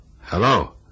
Hello